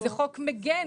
זה חוק מגן.